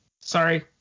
Sorry